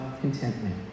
contentment